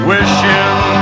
Wishing